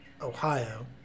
Ohio